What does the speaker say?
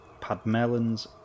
padmelons